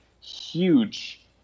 huge